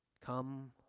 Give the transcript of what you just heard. Come